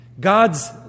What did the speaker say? God's